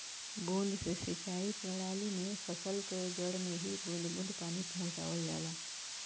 बूंद से सिंचाई प्रणाली में फसल क जड़ में ही बूंद बूंद पानी पहुंचावल जाला